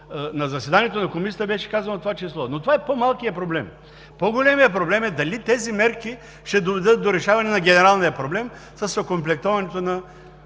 на заседанието на Комисията беше казано това число. Но това е по-малкият проблем. По-големият проблем е дали тези мерки ще доведат до решаване на генералния проблем с окомплектоването на